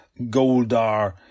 goldar